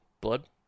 Blood